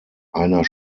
einer